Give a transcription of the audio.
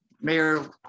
Mayor